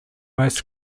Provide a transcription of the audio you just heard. most